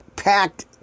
packed